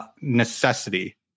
necessity